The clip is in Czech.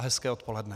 Hezké odpoledne.